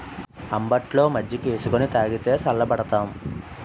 అంబట్లో మజ్జికేసుకొని తాగితే సల్లబడతాం